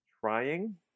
trying